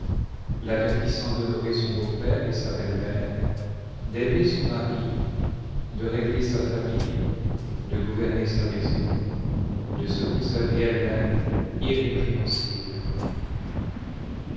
l'avertissant d'honorer son beaupère et sa belle-mère d'aimer son mari de régler sa famille de gouverner sa maison de se conserver elle-mêmeirrcpréhensible